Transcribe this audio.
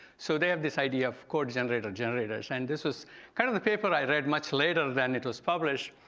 so they have this idea of code generator generators. and this was kind of the paper i read much later than it was published,